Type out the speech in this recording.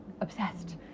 obsessed